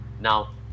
Now